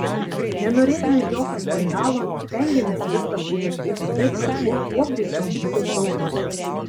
nenorėjome jokio skandalo stengėmės viską sutvarkyti taip kad šuo kuo greičiau būtų saugus